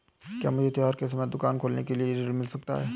क्या मुझे त्योहार के समय दुकान खोलने के लिए ऋण मिल सकता है?